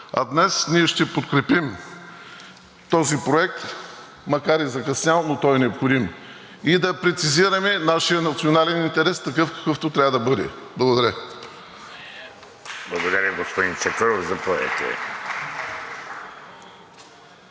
А днес ние ще подкрепим този проект, макар и закъснял, но той е необходим, и да прецизираме нашия национален интерес такъв, какъвто трябва да бъде. Благодаря. (Ръкопляскания от